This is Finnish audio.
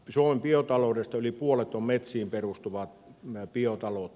suomen biotaloudesta yli puolet on metsiin perustuvaa biotaloutta